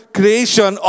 creation